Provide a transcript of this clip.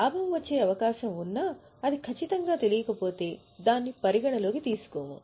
లాభం వచ్చే అవకాశం ఉన్నా అది ఖచ్చితంగా తెలియకపోతే దాన్ని పరిగణనలోకి తీసుకోము